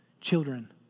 Children